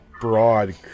broad